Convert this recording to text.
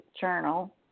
Journal